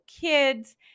kids